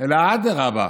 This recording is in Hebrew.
אלא אדרבה,